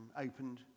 Opened